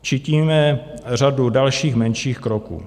Činíme řadu dalších, menších kroků.